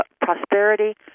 Prosperity